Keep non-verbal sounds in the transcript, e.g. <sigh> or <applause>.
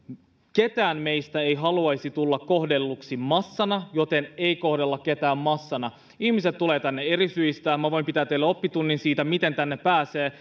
kukaan meistä ei haluaisi tulla kohdelluksi massana joten ei kohdella ketään massana ihmiset tulevat tänne eri syistä minä voin pitää teille oppitunnin siitä miten tänne pääsee <unintelligible>